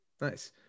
Nice